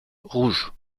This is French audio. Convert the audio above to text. rouge